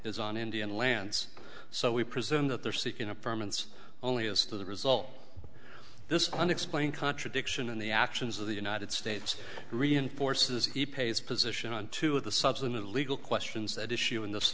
is an indian lands so we presume that they're seeking a permits only as to the result of this unexplained contradiction in the actions of the united states reinforces he pays position on two of the subs in the legal questions that issue in this